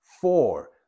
Four